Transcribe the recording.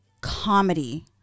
comedy